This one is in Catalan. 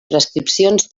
prescripcions